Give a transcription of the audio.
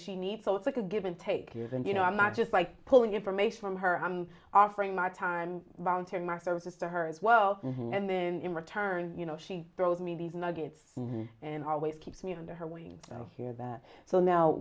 she needs so it's like a give and take years and you know i'm not just like pulling information from her i'm offering my time volunteer my services to her as well and then in return you know she throws me these nuggets and always keeps me under her wing here that so now